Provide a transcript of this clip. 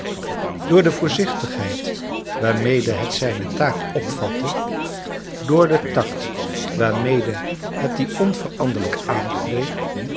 door de voorzichtigheid waarmede het zijne taak opvatte door den tact waarmede het die onveranderlijk aangreep